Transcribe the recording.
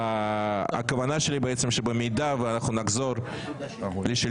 הכוונה שלי בעצם שבמידה שאנחנו נחזור לשלטון,